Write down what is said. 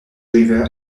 river